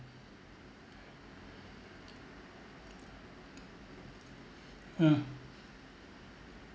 hmm